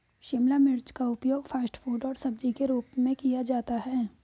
शिमला मिर्च का उपयोग फ़ास्ट फ़ूड और सब्जी के रूप में किया जाता है